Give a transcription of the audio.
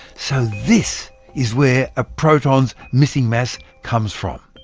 so, this is where a proton's missing mass comes from!